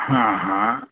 हां हां